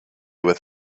with